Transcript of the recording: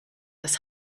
das